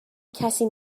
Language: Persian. کسی